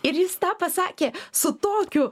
ir jis tą pasakė su tokiu